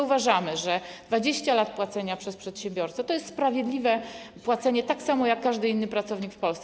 Uważamy, że 20 lat płacenia przez przedsiębiorcę to jest sprawiedliwe płacenie tak samo, jak każdy inny pracownik w Polsce.